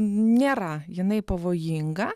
nėra jinai pavojinga